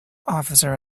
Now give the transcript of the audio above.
officer